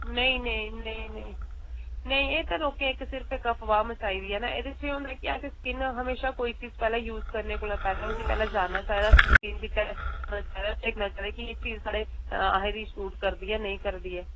नेईं नेईं नेईं नेईं नेईं एह् तां लोकें इक सिर्फ इक अफवाह् मचाई दी ऐ ना एह्दे च एह् होंदा कि असें स्किन हमेशा कोई चीज यूज करने कोलां पैहलें उसी पैहलें जानना चाहिदा एह् चीज साढ़े एह् चीज असें गी सूट करदी ऐ नेईं करदी ऐ